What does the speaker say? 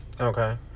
Okay